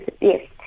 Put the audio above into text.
Yes